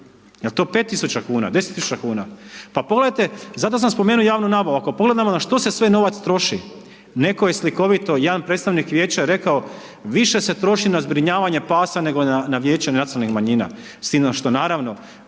Jel to 5000kn, 10000 kn? Pa pogledajte zato sam spomenuo javnu nabavu, ako pogledamo na što se sve novac trošak, netko je slikovito, jedan predstavnik vijeća rekao, više se troši na zbrinjavanje pada nego na vijeće nacionalnih manjina, s time što naravno,